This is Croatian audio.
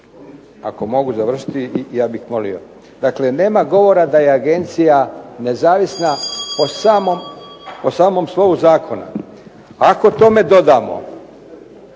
ako mogu završiti. Dakle, nema govora da je agencija nezavisna od samom slovu zakona. Ako tome dodamo,